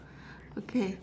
okay